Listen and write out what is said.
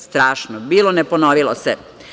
Strašno, bilo ne ponovilo se.